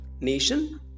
nation